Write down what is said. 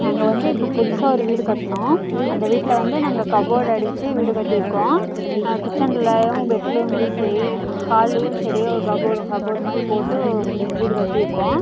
நாங்கள் வந்து இப்போ புதுசாக ஒரு வீடு கட்டினோம் அந்த வீட்டில் வந்து நாங்கள் கபோர்ட் அடித்து வீடு கட்டி இருக்கோம் கிச்சன்லேயும் பெட்ரூம்லேயும் சரி ஹால்லேயும் சரி ஒரு கபோர்டு கபோர்ட் மாதிரி போட்டு வீடு கட்டி இருக்கோம்